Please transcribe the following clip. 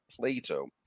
Plato